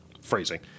Phrasing